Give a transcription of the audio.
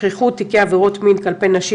שכיחות תיקי עבירות מין כלפי נשים